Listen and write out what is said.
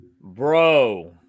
bro